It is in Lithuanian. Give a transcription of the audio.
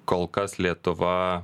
kol kas lietuva